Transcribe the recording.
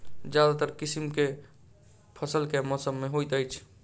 ज्यादातर किसिम केँ फसल केँ मौसम मे होइत अछि?